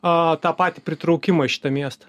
a tą patį pritraukimą į šitą miestą